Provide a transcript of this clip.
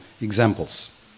examples